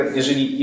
jeżeli